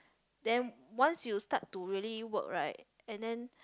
then once you start to really work right and then